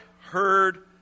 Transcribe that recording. heard